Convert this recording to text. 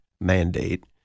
mandate